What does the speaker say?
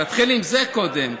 תתחיל עם זה קודם.